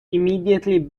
immediately